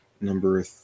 number